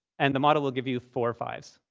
and the model will give you four five s.